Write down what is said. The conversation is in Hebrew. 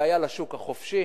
זה היה לשוק החופשי.